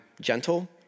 gentle